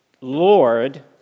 Lord